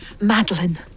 Madeline